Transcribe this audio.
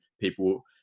people